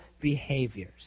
behaviors